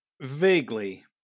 Vaguely